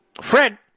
Fred